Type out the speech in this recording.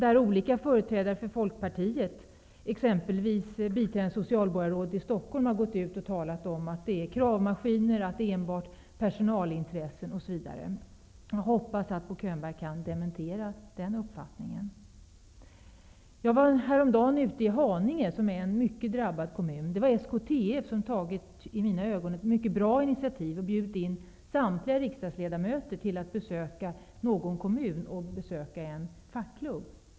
Olika företrädare för Folkpartiet, exempelvis biträdande socialborgarrådet i Stockholm, har gått ut och talat om kravmaskiner, att det enbart är personalintressen osv. Jag hoppas att Bo Könberg kan dementera den uppfattningen. Jag var häromdagen ute i Haninge, som är en mycket drabbad kommun. Det var SKTF som hade tagit ett i mina ögon mycket bra initiativ och bjudit in samtliga riksdagsledamöter att besöka någon kommun och att besöka en fackklubb.